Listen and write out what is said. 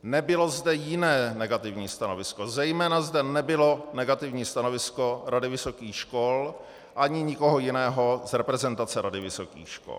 Nebylo zde jiné negativní stanovisko, zejména zde nebylo negativní stanovisko Rady vysokých škol ani nikoho jiného z reprezentace Rady vysokých škol.